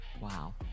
Wow